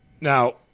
Now